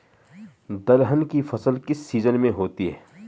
दलहन की फसल किस सीजन में होती है?